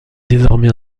désormais